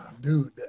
Dude